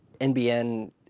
NBN